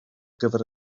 gyfer